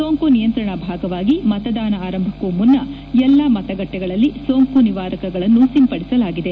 ಸೋಂಕು ನಿಯಂತ್ರಣ ಭಾಗವಾಗಿ ಮತದಾನ ಆರಂಭಕ್ಕೂ ಮುನ್ನ ಎಲ್ಲ ಮತಗಟ್ಟಿಗಳಲ್ಲಿ ಸೋಂಕು ನಿವಾರಕಗಳನ್ನು ಸಿಂಪಡಿಸಲಾಗಿದೆ